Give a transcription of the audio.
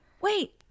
wait